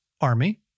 army